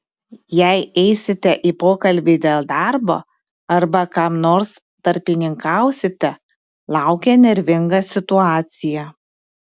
jei eisite į pokalbį dėl darbo arba kam nors tarpininkausite laukia nervinga situacija